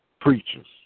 preachers